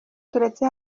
turetse